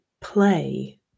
play